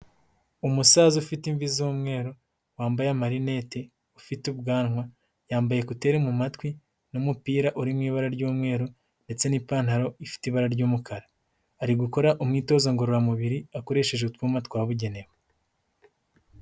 Umusaza ufite imvi z'umweru wambaye amarinete, ufite ubwanwa yambaye kuteri mu matwi n'umupira uri mu ibara ry'umweru ndetse n'ipantaro ifite ibara ry'umukara, ari gukora umwitozo ngororamubiri akoresheje utwuma twabugenewe.